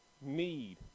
need